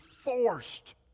forced